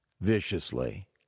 viciously